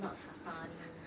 not funny